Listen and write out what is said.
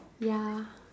ya